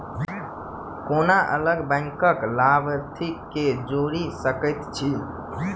कोना अलग बैंकक लाभार्थी केँ जोड़ी सकैत छी?